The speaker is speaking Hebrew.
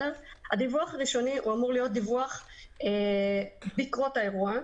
הדיווח הראשוני אמור להיות דיווח בעקבות האירוע,